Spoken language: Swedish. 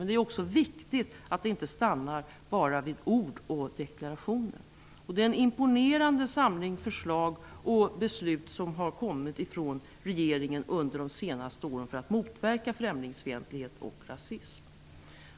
Det är också viktigt att det inte bara stannar vid ord och deklarationer. Det är en imponerande samling förslag och beslut som har kommit från regeringen under de senaste åren för att motverka främlingsfientlighet och rasism.